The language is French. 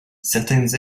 certaines